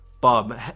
Bob